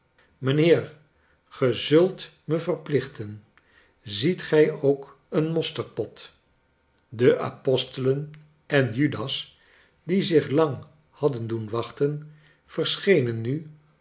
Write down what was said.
ge zult me verplichten ziet gij ook een mosterdpot de apostelen en judas die zich lang hadden doen wachten verschenen nu